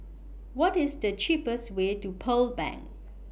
What IS The cheapest Way to Pearl Bank